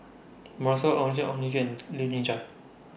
Ong Tjoe Ong Kim and Lee Kian Chye